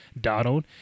Donald